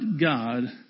God